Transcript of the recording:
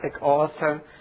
author